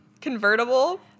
convertible